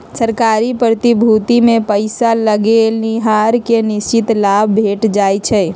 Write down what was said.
सरकारी प्रतिभूतिमें पइसा लगैनिहार के निश्चित लाभ भेंट जाइ छइ